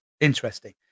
interesting